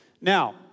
Now